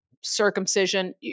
circumcision